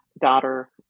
daughter